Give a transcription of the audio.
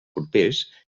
propers